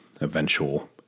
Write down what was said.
eventual